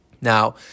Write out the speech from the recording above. Now